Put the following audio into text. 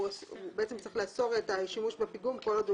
הוא צריך לאסור את השימוש בפיגום כל עוד הוא